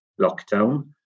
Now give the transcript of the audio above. lockdown